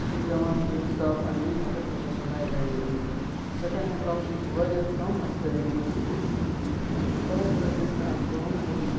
گَژھُن پٮ۪وان تِم کِتاب اَننہِ مگر تِم چھِ آسان نَیہِ ایٚویلیبُل سیکَنٛڈ ہینٛڈ آپشن چھِ واریاہ کَم اَسہِ ایٚویلیبُل ییٚتہِ تَوَے ہَسا چھِ أسۍ کَران کٲم اوس